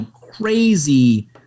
crazy